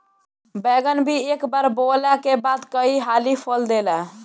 बैगन भी एक बार बोअला के बाद कई हाली फल देला